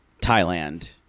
Thailand